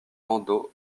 landau